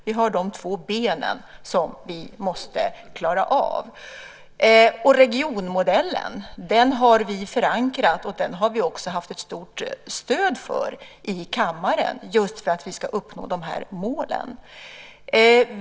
Det är de två ben som vi måste klara av. Regionmodellen har vi förankrat och haft ett stort stöd för i kammaren just för att vi ska uppnå dessa mål.